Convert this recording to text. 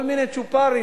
כל מיני צ'ופרים.